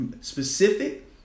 Specific